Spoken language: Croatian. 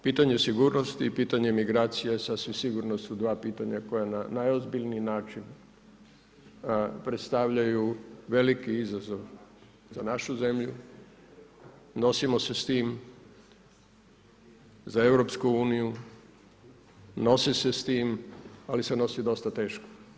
Pitanje sigurnosti i pitanje migracija sasvim sigurno su dva pitanja koja na najozbiljniji način predstavljaju veliki izazov za našu zemlju, nosimo se s tim za EU nosi se s tim, ali se nosi dosta teško.